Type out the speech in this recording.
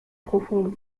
profonde